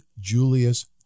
Julius